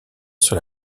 sur